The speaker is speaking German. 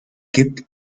gibt